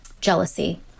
jealousy